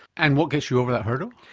and what gets you over that hurdle?